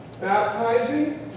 baptizing